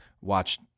watch